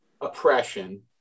oppression